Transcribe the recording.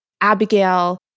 Abigail